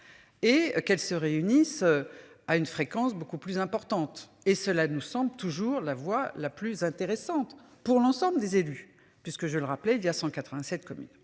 Et qu'elle se réunissent. À une fréquence beaucoup plus importante et cela nous semble toujours la voie la plus intéressante pour l'ensemble des élus, puisque je le rappelais, il y a 187 communes.